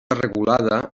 regulada